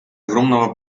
огромного